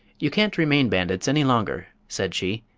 you can't remain bandits any longer, said she,